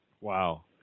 Wow